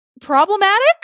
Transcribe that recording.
problematic